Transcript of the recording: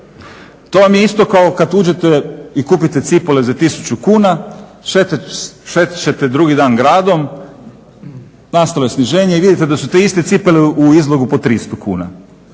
To vam je isto kao kad uđete i kupite cipele za 1000 kuna, šećete drugi dan gradom, nastalo sniženje i vidite da su te iste cipele u izlogu po 300 kuna.